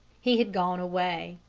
he had gone away.